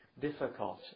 difficult